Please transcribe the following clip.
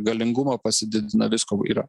galingumą pasididina visko yra